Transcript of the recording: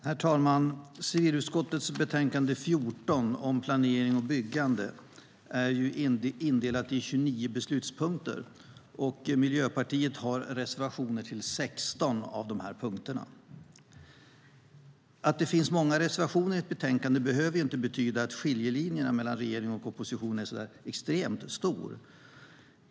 Herr talman! Civilutskottets betänkande 14 om planering och byggande är indelat i 29 beslutspunkter, och Miljöpartiet har reservationer till 16 av dessa punkter. Att det finns många reservationer i ett betänkande behöver inte betyda att skiljelinjerna mellan regering och opposition är extremt stor.